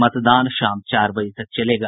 मतदान शाम चार बजे तक चलेगा